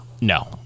No